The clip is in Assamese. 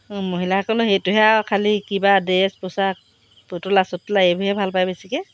অঁ মহিলাসকলৰ সেইটোহে আৰু খালি কিবা ড্ৰেছ পোচাক পুতলা চুতলা এইবোৰহে ভাল পায় বেছিকৈ